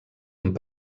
amb